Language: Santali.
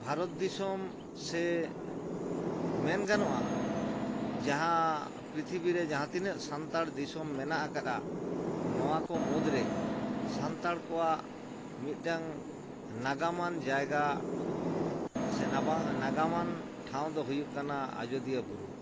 ᱵᱷᱟᱨᱚᱛ ᱫᱤᱥᱚᱢ ᱥᱮ ᱢᱮᱱ ᱜᱟᱱᱚᱜᱼᱟ ᱡᱟᱦᱟᱸ ᱯᱨᱤᱛᱷᱤᱵᱤᱨᱮ ᱡᱟᱦᱟᱸ ᱛᱤᱱᱟᱹᱜ ᱥᱟᱱᱛᱟᱲ ᱫᱤᱥᱚᱢ ᱢᱮᱱᱟᱜ ᱠᱟᱫᱼᱟ ᱱᱚᱣᱟ ᱠᱚ ᱢᱩᱫᱽᱨᱮ ᱥᱟᱱᱛᱟᱲ ᱠᱚᱣᱟᱜ ᱢᱤᱫᱴᱟᱝ ᱱᱟᱜᱟᱢᱟᱱ ᱡᱟᱭᱜᱟ ᱥᱮ ᱱᱟᱜᱟᱢᱟᱱ ᱴᱷᱟᱶ ᱫᱚ ᱦᱩᱭᱩᱜ ᱠᱟᱱᱟ ᱟᱡᱚᱫᱤᱭᱟᱹ ᱵᱩᱨᱩ